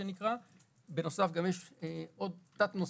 בנוסף יש עוד תת-נושא,